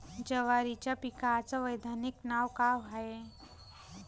जवारीच्या पिकाचं वैधानिक नाव का हाये?